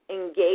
engage